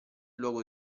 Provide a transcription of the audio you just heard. luogo